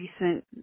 recent